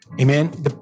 Amen